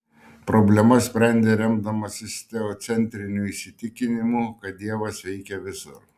problemas sprendė remdamasis teocentriniu įsitikinimu kad dievas veikia visur